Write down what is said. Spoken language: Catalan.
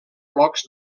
blocs